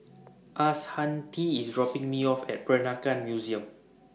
Ashanti IS dropping Me off At Peranakan Museum